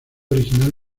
original